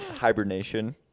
Hibernation